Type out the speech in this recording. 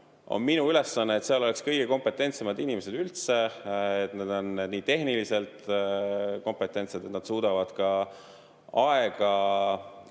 Minu ülesanne on, et seal oleks kõige kompetentsemad inimesed üldse: et nad oleks tehniliselt nii kompetentsed, et nad suudaks ka oma